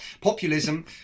Populism